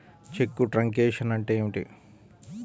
చెక్కు truncation అంటే ఏమిటి?